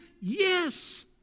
yes